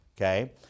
okay